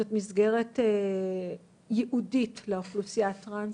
זאת מסגרת ייעודית לאוכלוסייה הטרנסית,